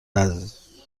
وزینه